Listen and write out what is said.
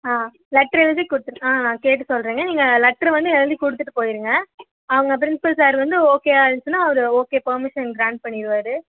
ஆ letter எழுதி கொடுத்து ஆ கேட்டு சொல்கிறேங்க நீங்கள் லட்ரு வந்து எழுதி கொடுத்துட்டு போயிடுங்க அங்கே பிரின்ஸ்பல் சார் வந்து ஓகே ஆயிருச்சுனால் அவர் ஓகே பர்மிஷன் கிராண்ட் பண்ணிடுவாரு